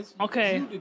Okay